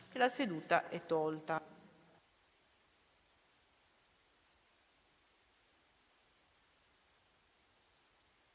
La seduta è tolta